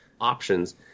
options